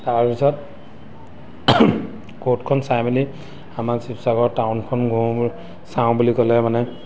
তাৰপিছত ক'ৰ্টখন চাই মেলি আমাৰ শিৱসাগৰৰ টাউনখন ঘূ চাওঁ বুলি ক'লে মানে